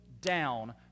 down